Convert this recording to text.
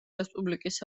რესპუბლიკის